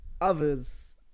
others